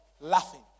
laughing